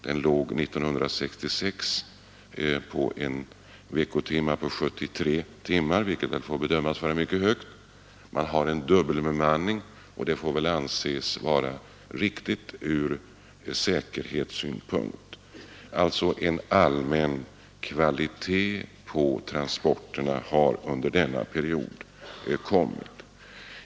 Den låg 1966 på 73 veckoarbetstimmar, vilket får bedömas som mycket högt. Man har vidare infört dubbelbemanning i ambulanserna och det får väl anses vara riktigt ur säkerhetssynpunkt. Det är alltså en allmän kvalitetsförhöjning på transporterna som har skett under denna period.